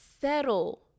settle